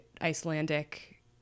icelandic